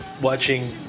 watching